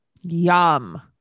Yum